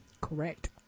Correct